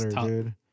dude